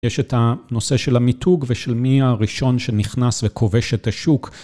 יש את הנושא של המיתוג ושל מי הראשון שנכנס וכובש את השוק.